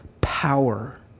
power